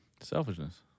Selfishness